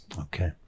Okay